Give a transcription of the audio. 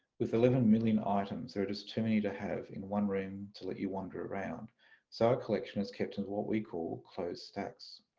with eleven million items there are just too many to have in one room to let you wander around so our collection is kept in what we call closed stacks.